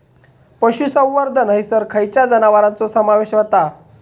पशुसंवर्धन हैसर खैयच्या जनावरांचो समावेश व्हता?